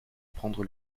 prendre